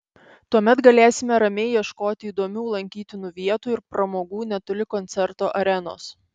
tuomet galėsime ramiai ieškoti įdomių lankytinų vietų ir pramogų netoli koncerto arenos